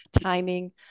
timing